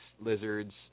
lizards